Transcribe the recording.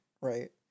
right